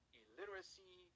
illiteracy